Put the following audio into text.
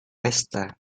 pesta